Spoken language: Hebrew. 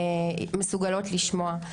מסוגלות לשמוע.